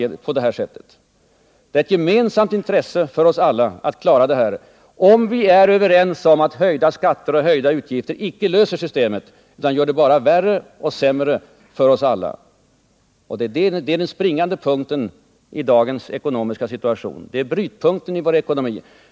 Det är ett gemensamt intresse för oss alla att klara detta, om vi är överens om att höjda skatter och höjda utgifter icke löser problemen med bidragssystemet, utan bara gör det värre och sämre för oss alla. Det är den springande punkten i dagens ekonomiska situation, det är brytpunkten i vår ekonomi.